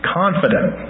confident